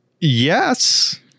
yes